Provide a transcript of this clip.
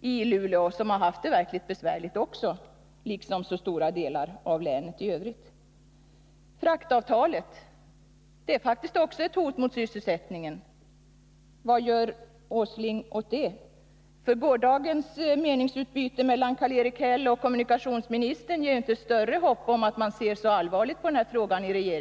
i Luleå, där man haft det verkligt besvärligt precis som i stora delar av länet i övrigt. Fraktavtalet är faktiskt också ett hot mot sysselsättningen. Vad gör Nils Åsling åt det? Gårdagens meningsutbyte mellan Karl-Erik Häll och kommunikationsministern gav inte något klart besked om att man i regeringen ser så allvarligt på den frågan som man borde göra.